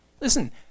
Listen